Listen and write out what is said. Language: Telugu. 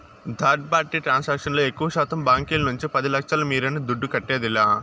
థర్డ్ పార్టీ ట్రాన్సాక్షన్ లో ఎక్కువశాతం బాంకీల నుంచి పది లచ్ఛల మీరిన దుడ్డు కట్టేదిలా